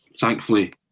thankfully